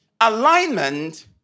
Alignment